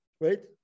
right